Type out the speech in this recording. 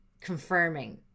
confirming